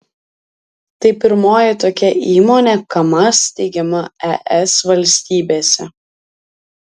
tai pirmoji tokia įmonė kamaz steigiama es valstybėse